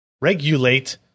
regulate